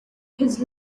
his